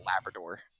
Labrador